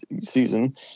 season